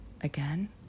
again